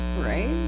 right